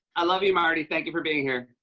i love you, marty. thank you for being here.